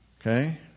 Okay